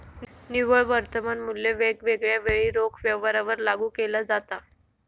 निव्वळ वर्तमान मुल्य वेगवेगळ्या वेळी रोख व्यवहारांवर लागू केला जाता